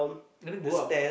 let me go up